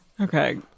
okay